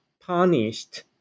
punished